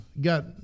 got